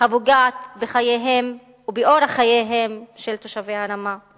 הפוגעת בחייהם ובאורח חייהם של תושבי הרמה.